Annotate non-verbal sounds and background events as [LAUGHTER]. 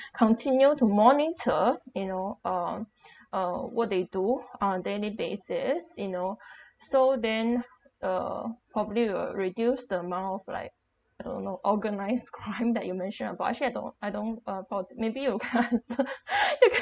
continue to monitor you know um uh what they do on daily basis you know [BREATH] so then uh probably will reduce the amount of like I don't know organised crime [LAUGHS] that you mention about actually I don't I don't uh about maybe you can [LAUGHS] answer you can